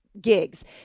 gigs